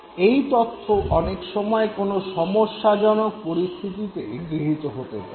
এই তথ্য অনেক সময় কোনো সমস্যাজনক পরিস্থিতিতে গৃহীত হতে পারে